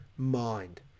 Mind